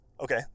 Okay